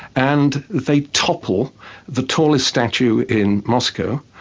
and they topple the tallest statue in moscow,